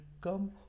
come